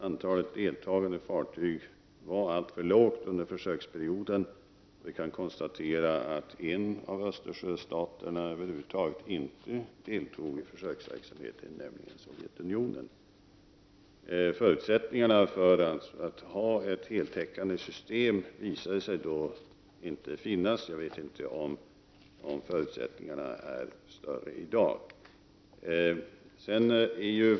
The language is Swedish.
Antalet deltagande fartyg under försöksperioden var alltför litet, och det kan konstateras att en av Östersjöstaterna över huvud taget inte deltog i försöksverksamheten, nämligen Sovjetunionen. Det visade sig att det inte fanns förutsättningar för ett heltäckande system, och jag vet inte om förutsättningarna är större i dag.